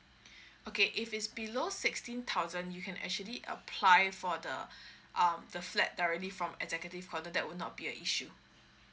okay if it's below sixteen thousand you can actually apply for the um the flat directly from executive condo that will not be a issue